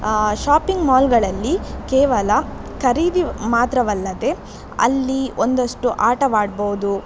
shopping ಮಾಲ್ಗಳಲ್ಲಿ ಕೇವಲ ಖರೀದಿ ಮಾತ್ರವಲ್ಲದೇ ಅಲ್ಲಿ ಒಂದಷ್ಟು ಆಟವಾಡ್ಬೌದು